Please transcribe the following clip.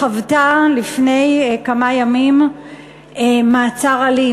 חוותה לפני כמה ימים מעצר אלים.